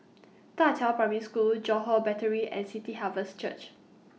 DA Qiao Primary School Johore Battery and City Harvest Church